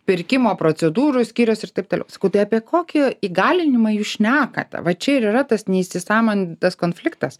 pirkimo procedūros skiriasi ir taip toliau sakau tai apie kokį įgalinimą jūs šnekate va čia ir yra tas neįsisąmonintas konfliktas